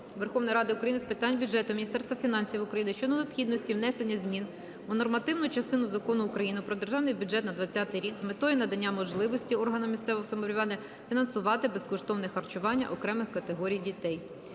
Верховної Ради України з питань бюджету, Міністерства фінансів України щодо необхідності внесення змін у нормативну частину Закону України "Про Державний бюджет на 2020 рік", з метою надання можливості органам місцевого самоврядування фінансувати безкоштовне харчування окремих категорій дітей.